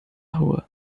rua